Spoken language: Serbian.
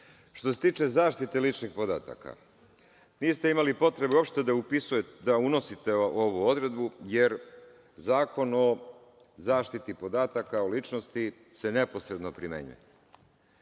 se tiče zaštite ličnih podataka, niste imali potrebe uopšte da unosite ovu odredbu jer Zakon o zaštiti podataka o ličnosti se neposredno primenjuje.